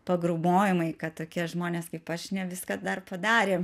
pagrūmojimai kad tokie žmonės kaip aš ne viską dar padarėm